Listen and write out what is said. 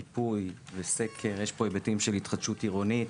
מיפוי וסקר, יש כאן היבטים של התחדשות עירונית,